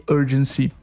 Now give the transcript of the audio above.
urgency